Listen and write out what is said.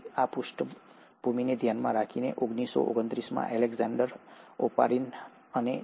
આ પૃષ્ઠભૂમિને ધ્યાનમાં રાખીને 1929માં એલેક્ઝાન્ડર ઓપારિન અને જે